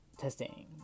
Testing